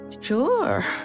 Sure